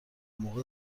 موقع